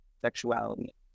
sexuality